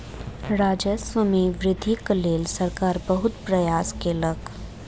राजस्व मे वृद्धिक लेल सरकार बहुत प्रयास केलक